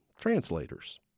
translators